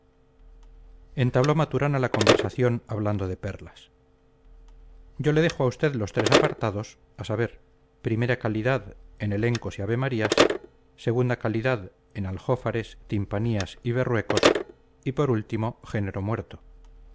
entabló maturana la conversación hablando de perlas ya le dejo a usted los tres apartados a saber primera calidad en elencos y avemarías segunda calidad en aljófares timpanías y berruecos y por último género muerto